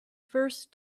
first